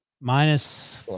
Minus